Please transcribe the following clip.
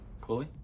Chloe